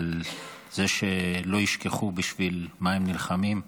על זה שלא ישכחו בשביל מה הם נלחמים,